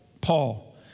Paul